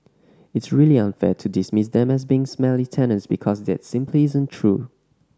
it's really unfair to dismiss them as being smelly tenants because that simply isn't true